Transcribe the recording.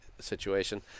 situation